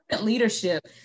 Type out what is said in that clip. leadership